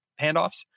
handoffs